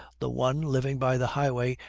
the one, living by the highway,